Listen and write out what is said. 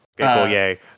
Okay